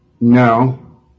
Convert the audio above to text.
no